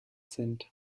sind